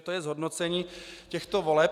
Tolik zhodnocení těchto voleb.